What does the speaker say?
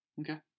Okay